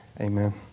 Amen